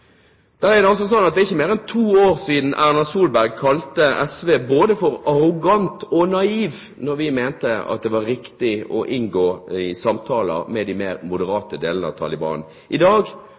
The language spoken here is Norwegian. Det er ikke mer enn to år siden Erna Solberg kalte SV for både arrogant og naivt når vi mente det var riktig å gå inn i samtaler med de mer moderate delene av Taliban. I dag